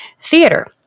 theater